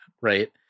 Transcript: Right